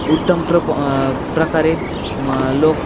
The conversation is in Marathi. उत्तम प्रप प्रकारे मग लोक